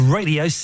Radio